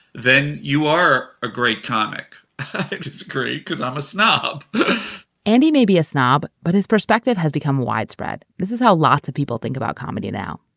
then you are a great comic. i disagree because i'm a snob andy may be a snob, but his perspective has become widespread. this is how lots of people think about comedy now.